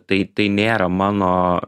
tai tai nėra mano